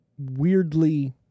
weirdly